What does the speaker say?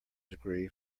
degree